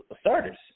starters